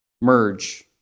merge